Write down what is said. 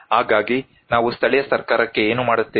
ಹಾಗಾಗಿ ನಾವು ಸ್ಥಳೀಯ ಸರ್ಕಾರಕ್ಕೆ ಏನು ಮಾಡುತ್ತೇವೆ